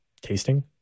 Tasting